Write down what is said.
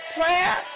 prayer